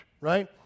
Right